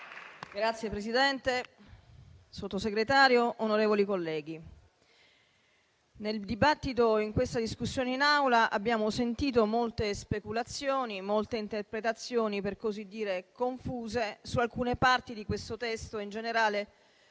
Signor Presidente, signor Sottosegretario, onorevoli colleghi, nel dibattito avvenuto in Aula abbiamo sentito molte speculazioni e molte interpretazioni per così dire confuse su alcune parti di questo testo e, in generale,